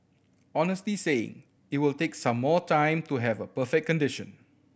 honestly saying it will take some more time to have a perfect condition